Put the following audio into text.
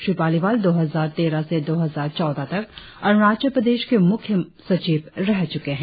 श्री पालिवाल दो हजार तेरह से दो हजार चौदह तक अरुणाचल प्रदेश के मुख्य सचिव रह चुके है